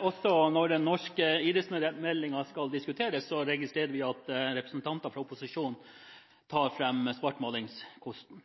Også når den norske idrettsmeldingen skal diskuteres, registrerer vi at representanter fra opposisjonen tar fram svartmalingskosten.